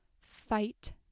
Fight